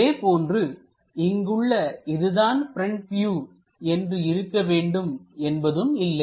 அதேபோன்று இங்குள்ள இதுதான் ப்ரெண்ட் வியூ என்று இருக்க வேண்டும் என்பதும் இல்லை